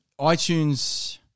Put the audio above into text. iTunes